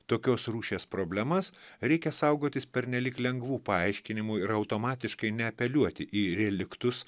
tokios rūšies problemas reikia saugotis pernelyg lengvų paaiškinimų yra automatiškai neapeliuoti į reliktus